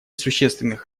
существенных